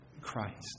Christ